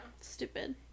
Stupid